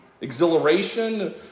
exhilaration